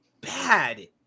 bad